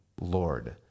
Lord